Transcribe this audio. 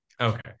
Okay